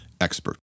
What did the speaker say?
expert